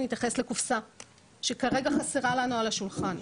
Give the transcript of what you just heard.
נתייחס לקופסה שכרגע חסרה לנו על השולחן.